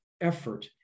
effort